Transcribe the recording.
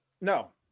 no